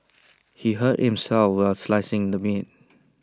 he hurt himself while slicing the meat